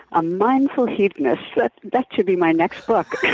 a mindful hedonist? that that should be my next book.